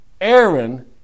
Aaron